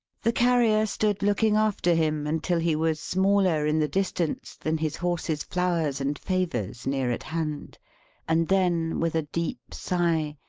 the carrier stood looking after him until he was smaller in the distance than his horse's flowers and favours near at hand and then, with a deep sigh,